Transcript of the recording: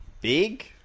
big